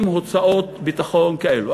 עם הוצאות ביטחון כאלו.